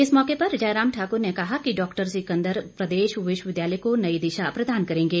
इस मौके पर जयराम ठाकुर ने कहा कि डॉक्टर सिकंदर प्रदेश विश्वविद्यालय को नई दिशा प्रदान करेंगे